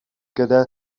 gyda